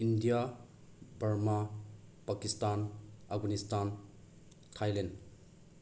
India Burma Pakistan Afghanistan Thailand